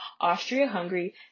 Austria-Hungary